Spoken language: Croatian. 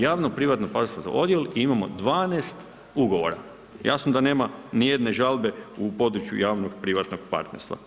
Javno privatno partnerstvo, za odjel imamo 12 ugovora, jasno da nema ni jedne žalbe u području javnog privatnog partnerstva.